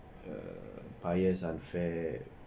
err biased unfair